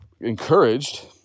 encouraged